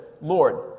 Lord